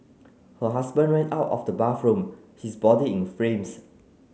her husband ran out of the bathroom his body in flames